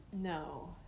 no